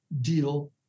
deal